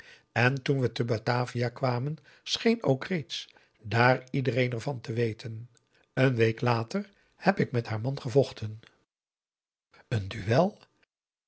en toen we te batavia kwamen scheen ook reeds dààr iedereen er van te weten een week later heb ik met haar man gevochten p